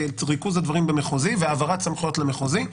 ריכוז הדברים במחוזי והעברת סמכויות למחוזי,